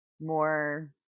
more